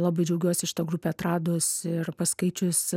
labai džiaugiuosi šitą grupę atradus ir paskaičius